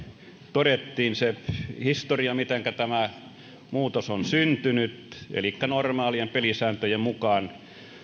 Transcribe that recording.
todettiin se historia mitenkä tämä muutos on syntynyt elikkä normaalien pelisääntöjen mukaan